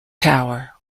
tower